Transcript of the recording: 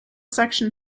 section